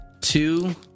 two